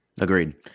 Agreed